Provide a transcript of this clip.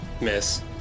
Miss